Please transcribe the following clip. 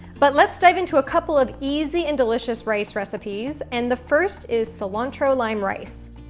but let's dive into a couple of easy and delicious rice recipes, and the first is cilantro lime rice.